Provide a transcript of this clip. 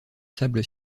sable